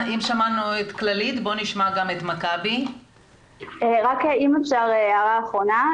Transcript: רק אם אפשר הערה אחרונה,